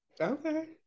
okay